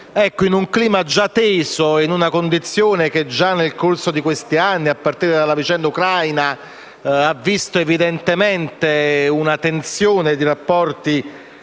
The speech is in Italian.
in un clima già teso e in una condizione che già nel corso di quest'anno, a partire dalla vicenda ucraina, ha visto una tensione dei rapporti